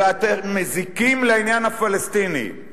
אלא אתם מזיקים לעניין הפלסטיני.